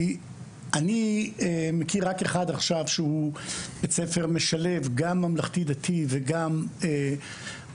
אני מכיר רק אחד עכשיו שהוא בית ספר משלב גם ממלכתי דתי וגם ממלכתי,